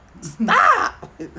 Stop